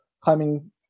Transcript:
climbing